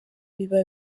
biba